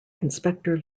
inspector